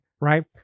right